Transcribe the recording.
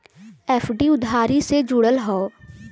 FD उधारी से जुड़ल हौ